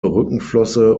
rückenflosse